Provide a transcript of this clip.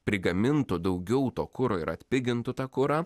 prigamintų daugiau to kuro ir atpigintų tą kurą